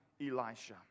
Elisha